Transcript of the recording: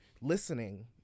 listening